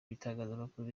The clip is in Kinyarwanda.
ibitangazamakuru